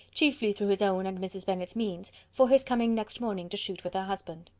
chiefly through his own and mrs. bennet's means, for his coming next morning to shoot with her husband.